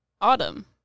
Autumn